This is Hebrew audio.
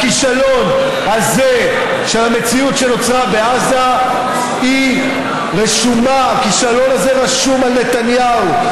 הכישלון הזה של המציאות שנוצרה בעזה רשום על נתניהו,